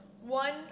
One